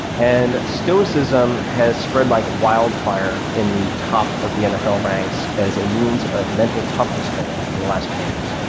and stoicism has spread like wildfire in the top of the nfl ranks as a means of mental toughness training in the last few years.